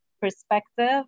perspective